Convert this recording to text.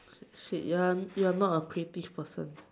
shit you are you are not a creative person